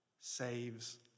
saves